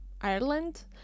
ireland